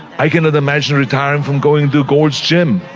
i cannot imagine retiring from going to gold's gym.